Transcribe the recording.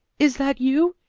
is that you?